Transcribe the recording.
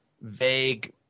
vague